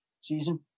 season